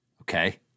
Okay